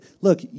look